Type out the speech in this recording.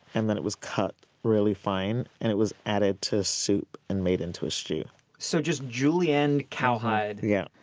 and then it was cut really fine, and it was added to soup and made into a stew so, just julienne cowhide? yeah.